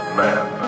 man